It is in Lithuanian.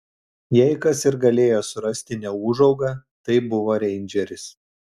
jei kas ir galėjo surasti neūžaugą tai buvo reindžeris